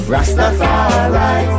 Rastafari